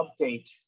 update